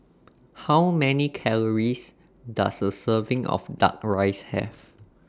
How Many Calories Does A Serving of Duck Rice Have